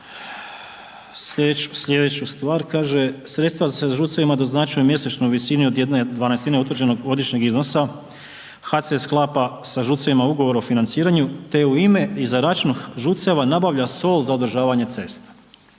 slijedeću stvar, kaže sredstva se ŽUC-evima doznačuje u mjesečnoj visini od 1/12 utvrđenog godišnjeg iznosa, HC se sklapa sa ŽUC-evima Ugovor o financiranju, te u ime i za račun ŽUC-eva nabavlja sol za održavanje cesta,